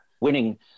winning